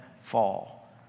fall